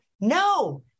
no